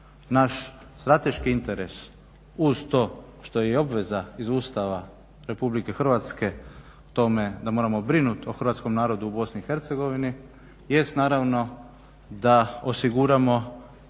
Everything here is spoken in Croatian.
Naš strateški interes uz to što je i obveza iz Ustava RH o tome da moramo brinuti o hrvatskom narodu u BiH jest naravno da osiguramo